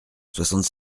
soixante